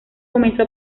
comenzó